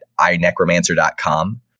inecromancer.com